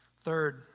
Third